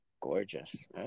Gorgeous